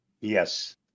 yes